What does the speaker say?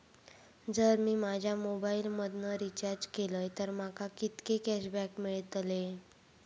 जर मी माझ्या मोबाईल मधन रिचार्ज केलय तर माका कितके कॅशबॅक मेळतले?